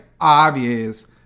obvious